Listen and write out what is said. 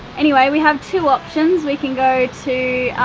anyway, we have two options. we can go to,